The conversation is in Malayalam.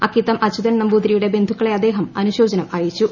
അക്കിത്തം അച്യുതൻ നമ്പൂതിരിയുടെ ബന്ധുക്കളെ അദ്ദേഹം അനുശോചനം അറിയിച്ചു